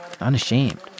unashamed